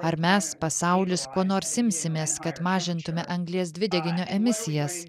ar mes pasaulis ko nors imsimės kad mažintume anglies dvideginio emisijas